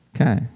Okay